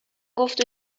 گفت